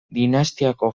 dinastiako